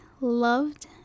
loved